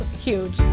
huge